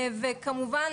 וכמובן,